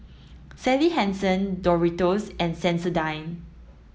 Sally Hansen Doritos and Sensodyne